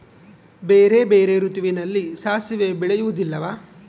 ಬೇರೆ ಬೇರೆ ಋತುವಿನಲ್ಲಿ ಸಾಸಿವೆ ಬೆಳೆಯುವುದಿಲ್ಲವಾ?